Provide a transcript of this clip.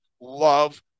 love